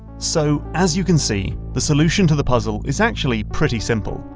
so as you can see, the solution to the puzzle is actually pretty simple.